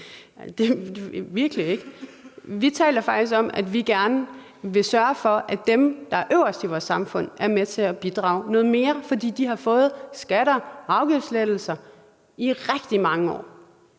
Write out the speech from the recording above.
Vi taler faktisk om, at vi gerne vil sørge for, at dem, der er øverst i vores samfund, er med til at bidrage noget mere, fordi de har fået skatte- og afgiftslettelser i rigtig mange år.